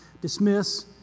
dismiss